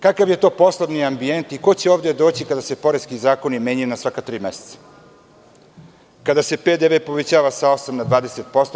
Kakav je to poslovni ambijent i ko će ovde doći kada se poreski zakoni menjaju na svaka tri meseca, kada se PDV poveća sa 8 na 20%